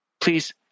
please